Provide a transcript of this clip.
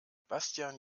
bastian